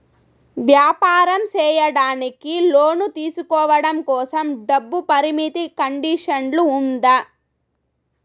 వ్యాపారం సేయడానికి లోను తీసుకోవడం కోసం, డబ్బు పరిమితి కండిషన్లు ఉందా?